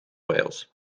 wales